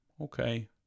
okay